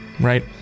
right